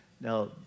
Now